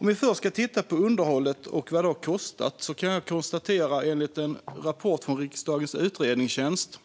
Vi kan först titta på underhållet och vad det har kostat, och även om penningvärdet såklart har ändrats kan jag konstatera att enligt en rapport från riksdagens utredningstjänst